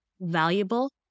valuable